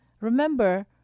Remember